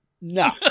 No